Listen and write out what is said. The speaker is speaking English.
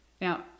Now